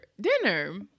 dinner